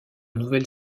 nouvelle